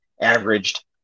averaged